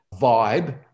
vibe